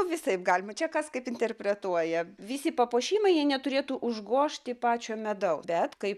visaip galima čia kas kaip interpretuoja visi papuošimai jie neturėtų užgožti pačio medaus bet kai